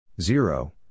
zero